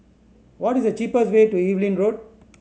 what is the cheapest way to Evelyn Road